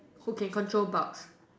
who can control Bugs